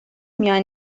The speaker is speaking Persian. میان